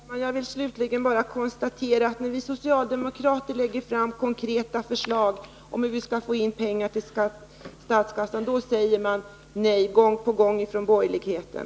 Herr talman! Jag vill slutligen bara konstatera att när vi socialdemokrater lägger fram konkreta förslag om hur statskassan skall få in pengar, då säger man nej gång på gång från borgerligheten.